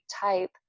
type